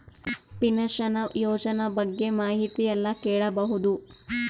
Pension ಯೋಜನ ಬಗ್ಗೆ ಮಾಹಿತಿ ಎಲ್ಲ ಕೇಳಬಹುದು?